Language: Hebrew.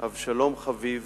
אבשלום חביב,